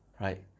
right